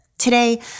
Today